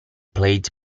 played